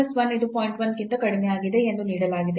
1 ಕ್ಕಿಂತ ಕಡಿಮೆಯಾಗಿದೆ ಎಂದು ನೀಡಲಾಗಿದೆ